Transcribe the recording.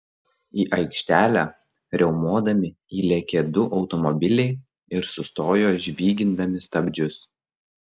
į aikštelę riaumodami įlėkė du automobiliai ir sustojo žvygindami stabdžius